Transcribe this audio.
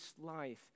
life